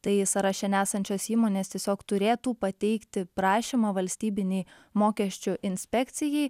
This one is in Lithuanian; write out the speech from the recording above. tai sąraše nesančios įmonės tiesiog turėtų pateikti prašymą valstybinei mokesčių inspekcijai